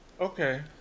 Okay